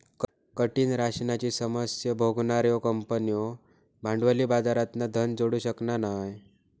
कठीण राशनाची समस्या भोगणार्यो कंपन्यो भांडवली बाजारातना धन जोडू शकना नाय